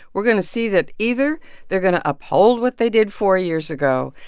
we're going to see that either they're going to uphold what they did four years ago,